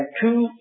two